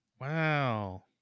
Wow